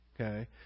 Okay